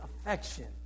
affection